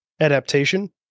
adaptation